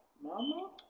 Mama